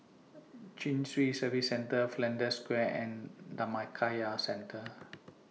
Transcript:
Chin Swee Service Centre Flanders Square and Dhammakaya Centre